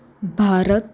Bharat